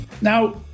Now